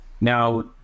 Now